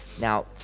Now